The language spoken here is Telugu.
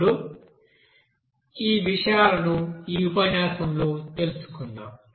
ఇప్పుడు ఈ విషయాలను ఈ ఉపన్యాసంలో తెలుసుకుందాం